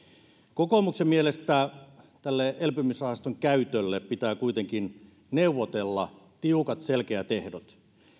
kokoomuksen mielestä elpymisrahaston käytölle pitää kuitenkin neuvotella tiukat selkeät ehdot